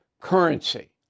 currency